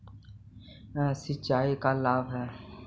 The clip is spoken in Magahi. सिंचाई का लाभ है?